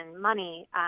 money